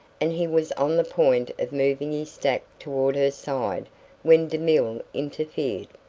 and he was on the point of moving his stack toward her side when demille interfered.